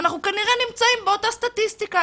אנחנו כנראה נמצאים באותה סטטיסטיקה.